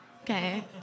Okay